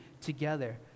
together